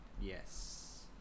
Yes